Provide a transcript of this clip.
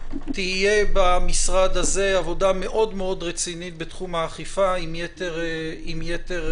שתהיה במשרד הזה עבודה מאוד מאוד רצינית בתחום האכיפה עם יתר הרשויות.